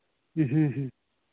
ꯎꯝ ꯎꯝ ꯎꯝ